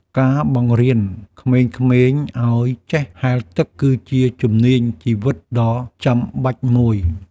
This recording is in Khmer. ការបង្រៀនក្មេងៗឱ្យចេះហែលទឹកគឺជាជំនាញជីវិតដ៏ចាំបាច់មួយ។